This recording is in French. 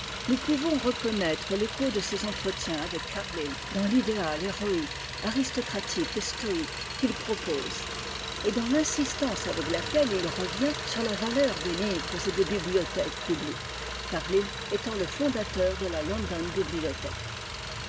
nous pouvons reconnaître l'écho de ses entretiens avec carlyle dans l'idéal héroïque aristocratique et stoïque qu'il propose et dans l'insistance avec laquelle il revient sur la valeur des livres et des bibliothèques publiques carlyle étant le fondateur de la london bibliothèque